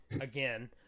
Again